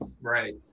Right